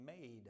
made